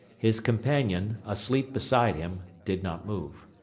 his companion, asleep beside him, did not move.